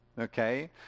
okay